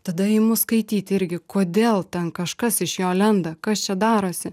tada imu skaityt irgi kodėl ten kažkas iš jo lenda kas čia darosi